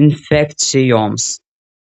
infekcijoms